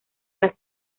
las